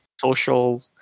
social